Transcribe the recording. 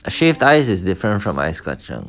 a shaved ice is different from ice kacang